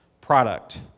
product